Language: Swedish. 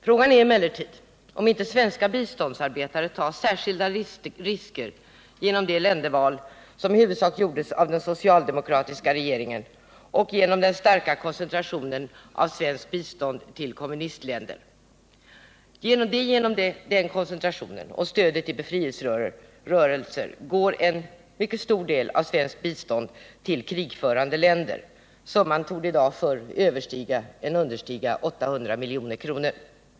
Frågan är emellertid om inte svenska biståndsarbetare tar särskilda risker genom det länderval som gjorts av den socialdemokratiska regeringen samt genom den starka koncentrationen av svenskt bistånd till kommunistländer. Genom den koncentrationen och stödet till befrielserörelser går en mycket stor del av det svenska biståndet till krigförande länder. Summan torde i dag snarare överstiga än understiga 800 miljoner.